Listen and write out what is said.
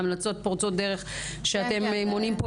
המלצות פורצות דרך שאתם מונים פה,